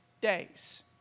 days